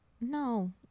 No